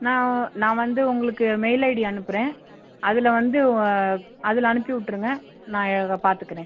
நான் நான் வந்து உங்களுக்கு மெயில் ஐடி அனுப்புகிறேன் அதில் வந்து அதில் அனுப்பிவிட்ருங்க நான் பார்த்துக்குறேன்